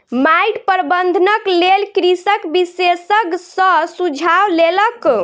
माइट प्रबंधनक लेल कृषक विशेषज्ञ सॅ सुझाव लेलक